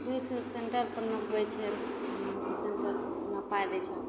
दुहिके सेन्टरपर नपबै छै सेन्टरपर नपै दै छै